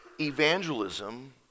evangelism